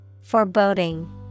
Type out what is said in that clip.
Foreboding